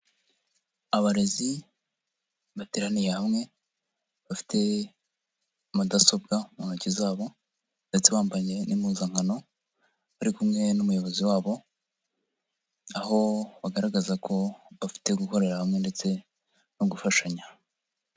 Abarezi bateraniye hamwe bafite mudasobwa mu ntoki zabo ,ndetse bambaye n'impuzankano, bari kumwe n'umuyobozi wabo, aho bagaragaza ko bafite gukorera hamwe ndetse no gufashanya.